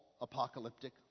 apocalyptic